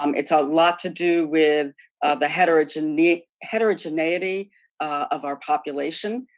um it's a lot to do with the heterogeneity heterogeneity of our population.